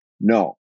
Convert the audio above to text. no